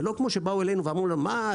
ולא כמו שבאו אלינו ואמרו לנו "מה,